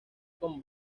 con